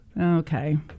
Okay